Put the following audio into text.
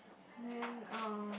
then um